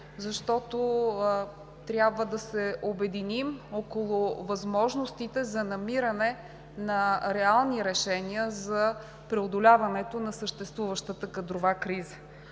защото трябва да се обединим около възможностите за намиране на реални решения за преодоляването на съществуващата кадрова криза,